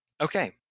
okay